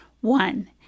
One